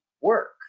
work